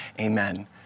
amen